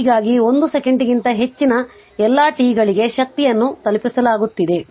ಹೀಗಾಗಿ 1 ಸೆಕೆಂಡಿಗಿಂತ ಹೆಚ್ಚಿನ ಎಲ್ಲಾt ಗಳಿಗೆ ಶಕ್ತಿಯನ್ನು ತಲುಪಿಸಲಾಗುತ್ತಿದೆ